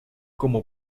como